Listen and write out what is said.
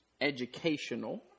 educational